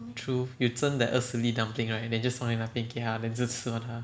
true you 蒸 that 二十粒 dumpling right then you just 放在那边给它 then just 吃完它